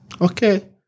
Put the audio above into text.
okay